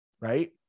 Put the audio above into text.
right